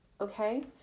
okay